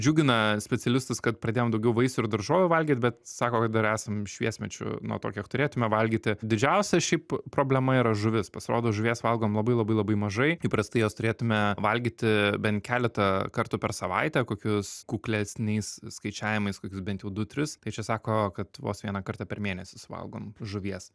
džiugina specialistus kad pradėjom daugiau vaisių ir daržovių valgyt bet sako kad dar esam šviesmečiu nuo to kiek turėtume valgyti didžiausia šiaip problema yra žuvis pasirodo žuvies valgom labai labai labai mažai įprastai jos turėtume valgyti bent keletą kartų per savaitę kokius kuklesniais skaičiavimais kokius bent jau du tris tai čia sako kad vos vieną kartą per mėnesį suvalgom žuvies